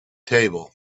table